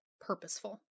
purposeful